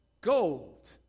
Gold